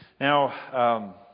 Now